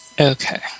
Okay